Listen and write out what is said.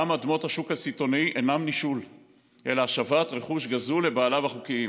גם אדמות השוק הסיטונאי אינם נישול אלא השבת רכוש גזול לבעליו החוקיים.